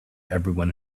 everyone